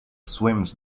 swims